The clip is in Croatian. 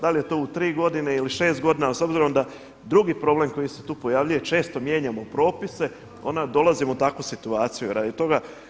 Dal je to u tri godine ili u šest godina, a s obzirom da drugi problem koji se tu pojavljuje često mijenjamo propise, onda dolazimo u takvu situaciju radi toga.